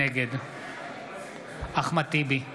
נגד אחמד טיבי,